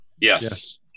Yes